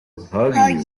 hug